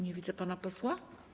Nie widzę pana posła.